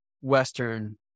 Western